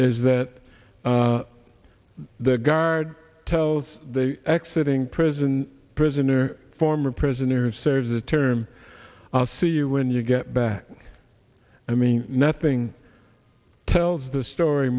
is that the guard tells the exit ing prison prisoner former prisoners serve the term i'll see you when you get back i mean nothing tells the story